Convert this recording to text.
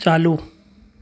चालू